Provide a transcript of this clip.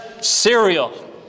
cereal